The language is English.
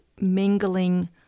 mingling